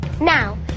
Now